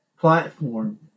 platform